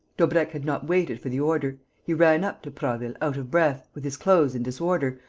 daubrecq had not waited for the order. he ran up to prasville, out of breath, with his clothes in disorder,